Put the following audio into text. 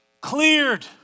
cleared